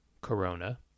Corona